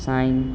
shine